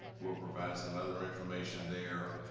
we'll provide some other information there.